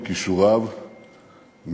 מכישוריו,